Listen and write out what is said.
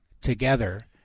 together